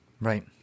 Right